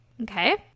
Okay